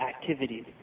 activities